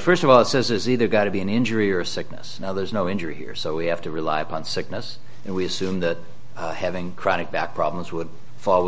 first of all it says is either got to be an injury or sickness now there's no injury here so we have to rely upon sickness and we assume that having chronic back problems would fall